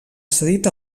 cedit